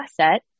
asset